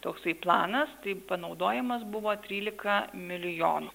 toksai planas taip panaudojamas buvo trylika milijonų